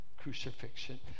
crucifixion